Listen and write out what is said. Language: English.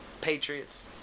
Patriots